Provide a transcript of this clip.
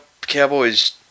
Cowboys